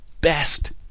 best